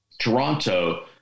Toronto